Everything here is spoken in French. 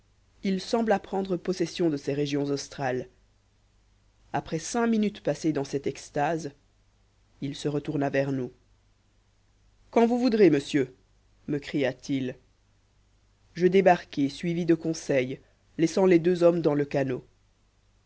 il sembla prendre possession de ces régions australes après cinq minutes passées dans cette extase il se retourna vers nous quand vous voudrez monsieur me cria-t-il je débarquai suivi de conseil laissant les deux hommes dans le canot